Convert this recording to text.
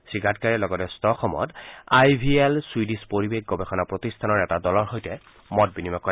শ্ৰীগাডকাৰীয়ে লগতে Stockholm I V L Swedish পৰিৱেশ গৱেষণা প্ৰতিষ্ঠানৰ এটা দলৰ সৈতে মত বিনিময় কৰে